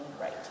right